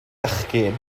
fechgyn